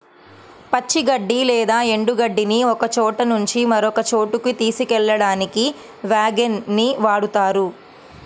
పచ్చి గడ్డి లేదా ఎండు గడ్డిని ఒకచోట నుంచి మరొక చోటుకి తీసుకెళ్ళడానికి వ్యాగన్ ని వాడుతారు